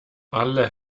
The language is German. alle